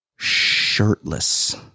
shirtless